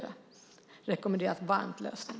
Den rekommenderas varmt för läsning.